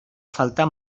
faltar